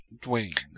Dwayne